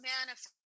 manifest